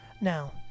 Now